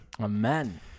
Amen